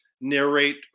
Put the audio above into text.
Narrate